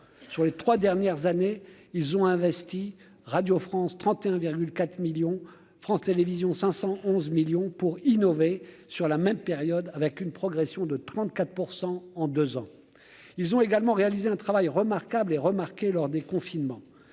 sur les 3 dernières années, ils ont investi, Radio France 31,4 millions France Télévisions 511 millions pour innover sur la même période, avec une progression de 34 % en 2 ans, ils ont également réalisé un travail remarquable et remarquée lors des confinements